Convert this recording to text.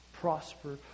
prosper